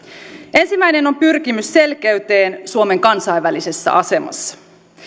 ensimmäinen on pyrkimys selkeyteen suomen kansainvälisessä asemassa